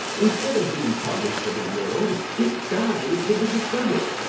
instead of being published to the world, it dies with the discoverer.